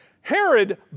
Herod